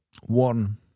One